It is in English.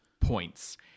points